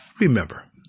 Remember